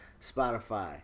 Spotify